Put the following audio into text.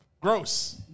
gross